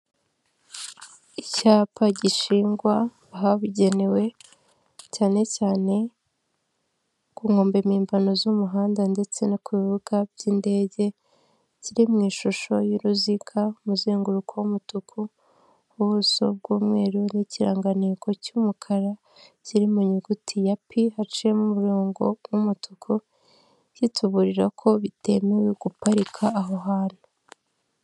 Icyapa gishingwa ahabugenewe cyane cyane ku nkombe mpimbano z'umuhanda ndetse no ku bibuga by'indege, kiri mu ishusho y'uruziga, umuzenguruko w'umutuku, ubuso bw'umweru, n'ikirangantego cy'umukara kiri mu nyuguti ya P hacimo umurongo w'umutuku kituburira ko bitemewe guparika aho hantu.